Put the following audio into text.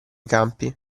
campi